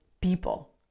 people